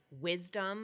wisdom